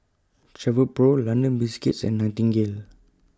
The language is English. Travelpro London Biscuits and Nightingale